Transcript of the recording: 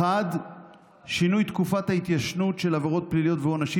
1. שינוי תקופת ההתיישנות של עבירות פליליות ועונשים,